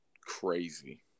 crazy